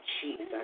Jesus